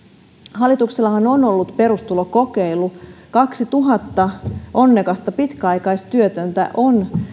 hallituksellahan on ollut perustulokokeilu kaksituhatta onnekasta pitkäaikaistyötöntä on